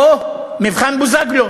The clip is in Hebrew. או מבחן בוזגלו